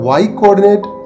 y-coordinate